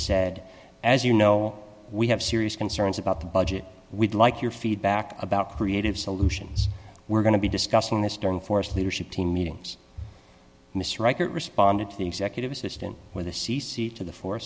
said as you know we have serious concerns about the budget we'd like your feedback about creative solutions we're going to be discussing this during forest leadership team meetings responded to the executive assistant with the c c to the fo